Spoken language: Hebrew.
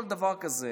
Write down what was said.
כל דבר כזה,